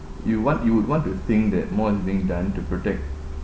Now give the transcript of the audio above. you want you would want to think that more is being done to protect